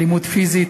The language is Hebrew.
אלימות פיזית,